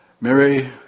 Mary